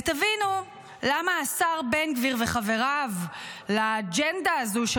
ותבינו למה השר בן גביר וחבריו לאג'נדה הזו של